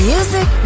Music